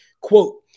Quote